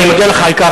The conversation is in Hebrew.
ואני מודיע לך על כך,